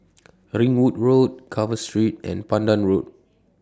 Ringwood Road Carver Street and Pandan Road